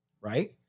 right